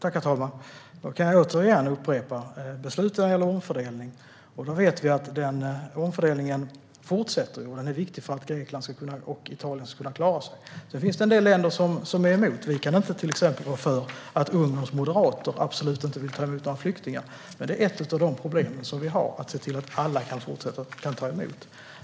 Herr talman! Jag kan upprepa dem. Den första är ett beslut när det gäller omfördelning. Vi vet att den omfördelningen fortsätter och är viktig för att Grekland och Italien ska kunna klara sig. Sedan finns det en del länder som är emot. Vi kan inte rå för att till exempel Ungerns moderater absolut inte vill ta emot några flyktingar. Det är ett av de problem vi har - att se till att alla tar emot.